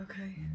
Okay